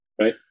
Right